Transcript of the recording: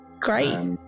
Great